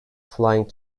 flying